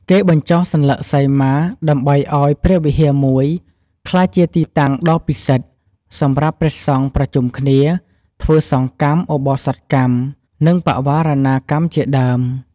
គេបញ្ចុះសន្លឹកសីមា ដើម្បីឱ្យព្រះវិហារមួយ ក្លាយជាទីតាំងដ៏ពិសិដ្ឋ សម្រាប់ព្រះសង្ឃប្រជុំគ្នា ធ្វើសង្ឃកម្មឧបោសថកម្ម និងបវារណាកម្មជាដើម។